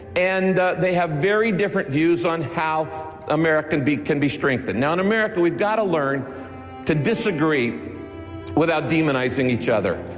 and they have very different views on how america can be strengthened. now, in america we've got to learn to disagree without demonizing each other,